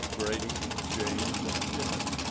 brady, james, and tippet,